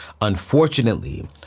unfortunately